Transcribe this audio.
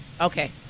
okay